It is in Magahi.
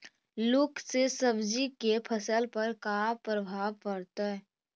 लुक से सब्जी के फसल पर का परभाव पड़तै?